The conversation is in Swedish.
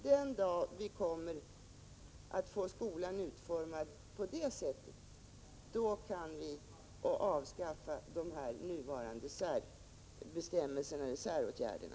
Den dag vi får skolan utformad på det sättet kan vi avskaffa de nuvarande säråtgärderna.